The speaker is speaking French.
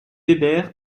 weber